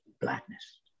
blackness